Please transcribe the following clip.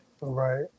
Right